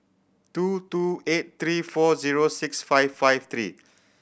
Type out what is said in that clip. two two eight three four zero six five five three